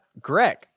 Greg